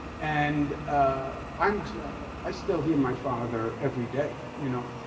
and ah um i still hear my father every day, you know.